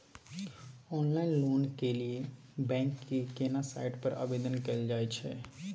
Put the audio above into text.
Online loan के लिए bank के केना साइट पर आवेदन कैल जाए छै?